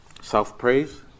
Self-praise